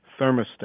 thermostat